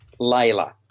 Layla